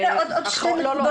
עוד שתי --- לא.